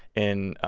in.